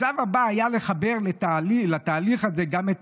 השלב הבא היה לחבר לתהליך הזה גם את